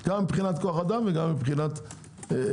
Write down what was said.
גם מבחינת כוח האדם וגם מבחינת העניין.